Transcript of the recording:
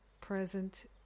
present